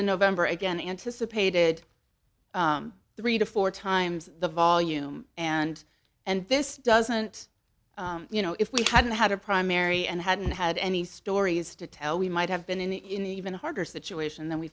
in november again anticipated three to four times the volume and and this doesn't you know if we hadn't had a primary and hadn't had any stories to tell we might have been in the in the even harder situation then we